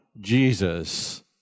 Jesus